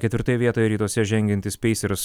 ketvirtoje vietoje rytuose žengiantys pacers